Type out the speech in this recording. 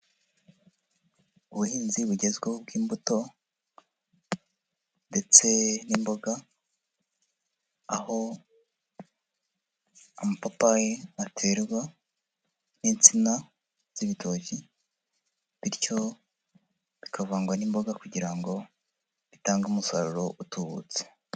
Ubuhinzi bugezweho bw'imbuto ndetse n'imboga, aho amapapayi aterwa n'insina z'ibitoki, bityo bikavangwa n'imboga kugira ngo bitange umusaruro utubutse.